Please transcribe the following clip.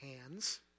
hands